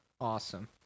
Awesome